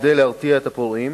כדי להרתיע את הפורעים,